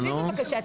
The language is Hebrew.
ממהרת.